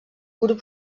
grup